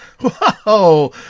Whoa